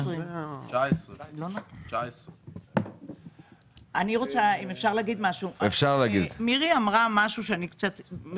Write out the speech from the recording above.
עדיף בסיס 2019. מירי סביון אמרה משהו שלא הבנתי.